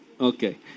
Okay